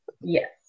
Yes